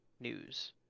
news